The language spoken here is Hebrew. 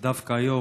אז דווקא היום,